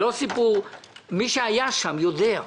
מי שהיה שם יודע.